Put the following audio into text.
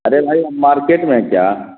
ارے بھائی آپ مارکیٹ میں ہیں کیا